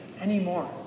anymore